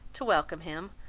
to welcome him,